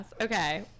Okay